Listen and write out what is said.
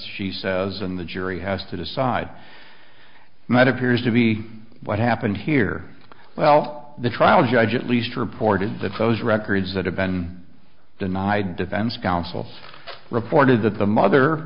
she says in the jury has to decide and that appears to be what happened here well the trial judge at least reported the photos records that have been denied and defense counsel reported that the mother